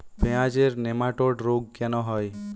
পেঁয়াজের নেমাটোড রোগ কেন হয়?